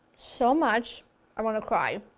so much i want to cry!